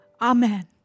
Amen